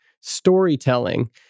storytelling